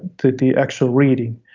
that the actual reading.